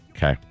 Okay